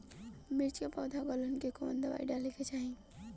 मिर्च मे पौध गलन के कवन दवाई डाले के चाही?